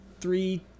three